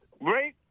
Right